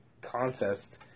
contest